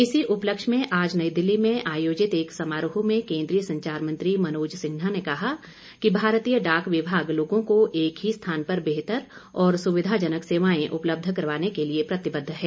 इसी उपलक्ष्य में आज नई दिल्ली में आयोजित एक समारोह में केन्द्रीय संचार मंत्री मनोज सिन्हा ने कहा है कि भारतीय डाक विभाग लोगों को एक ही स्थान पर बेहतर और सुविधाजनक सेवाएं उपलब्ध कराने के लिए प्रतिबद्ध है